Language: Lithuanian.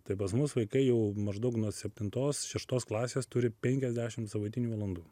tai pas mus vaikai jau maždaug nuo septintos šeštos klasės turi penkiasdešimt savaitinių valandų